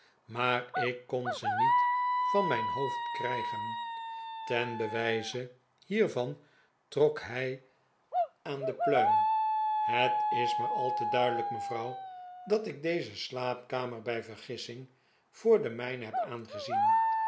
maar ik kon ze niet van mijn hoofd krijgen ten bewijze hiervan trok hij aan de pluim het is maar al te duidelijk mejuffrouw dat ik deze slaapkamer bij vergissing voor de mijne heb